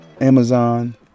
Amazon